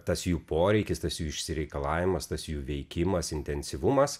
tas jų poreikis tas jų išsireikalavimas tas jų veikimas intensyvumas